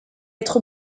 être